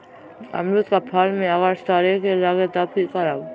अमरुद क फल म अगर सरने लगे तब की करब?